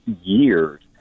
years